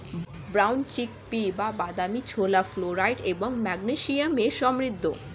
brown chickpea বা বাদামী ছোলা ফ্লোরাইড এবং ম্যাগনেসিয়ামে সমৃদ্ধ